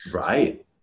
Right